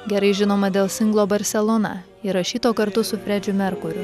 gerai žinoma dėl singlo barselona įrašyto kartu su fredžiu merkuriu